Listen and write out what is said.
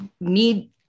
need